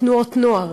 תנועות נוער,